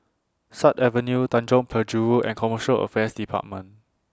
Sut Avenue Tanjong Penjuru and Commercial Affairs department